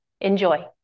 Enjoy